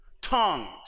Tongues